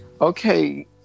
Okay